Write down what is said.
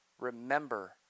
remember